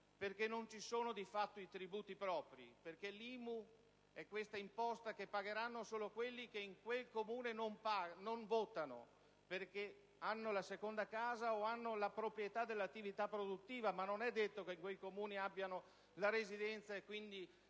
perché non ci sono di fatto i tributi propri: l'IMU è un imposta che pagheranno solo quelli che in un dato Comune non votano, perché hanno la seconda casa o hanno la proprietà dell'attività produttiva, ma non è detto che nel Comune stesso abbiano la residenza e quindi